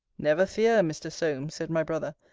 never fear, mr. solmes, said my brother,